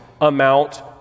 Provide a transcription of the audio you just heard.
amount